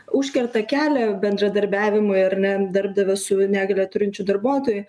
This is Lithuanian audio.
užkerta kelią bendradarbiavimui ar ne darbdavio su negalią turinčiu darbuotoju